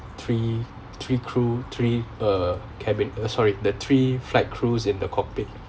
three three crew three uh cabin uh sorry the three flight crews in the cockpit